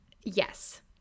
Yes